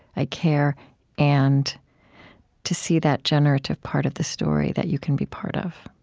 i care and to see that generative part of the story that you can be part of